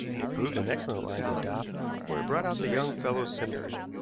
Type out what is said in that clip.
it proved an excellent line to adopt, for it brought out the young fellow's sympathy.